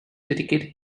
dedicate